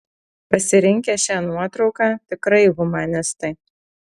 pasirinkę šią nuotrauką tikrai humanistai